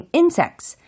insects